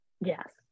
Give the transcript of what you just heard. Yes